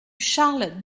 charles